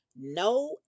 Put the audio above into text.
No